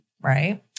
right